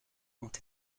ont